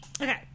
Okay